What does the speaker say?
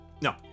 No